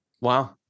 Wow